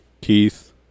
keith